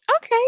Okay